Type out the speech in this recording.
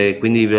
quindi